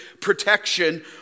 protection